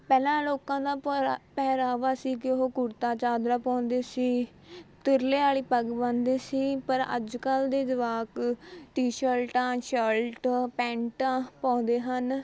ਪਹਿਲਾਂ ਲੋਕਾਂ ਦਾ ਪਹਿ ਪਹਿਰਾਵਾ ਸੀ ਕਿ ਉਹ ਕੁੜਤਾ ਚਾਦਰਾ ਪਾਉਂਦੇ ਸੀ ਤੁਰਲਿਆਂ ਵਾਲ਼ੀ ਪੱਗ ਬੰਨ੍ਹਦੇ ਸੀ ਪਰ ਅੱਜ ਕੱਲ੍ਹ ਦੇ ਜਵਾਕ ਟੀ ਸ਼ਲਟਾਂ ਸ਼ਲਟ ਪੈਂਟਾਂ ਪਾਉਂਦੇ ਹਨ